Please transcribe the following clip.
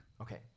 Okay